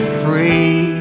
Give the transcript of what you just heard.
free